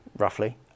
roughly